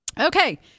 Okay